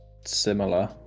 similar